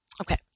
Okay